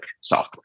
software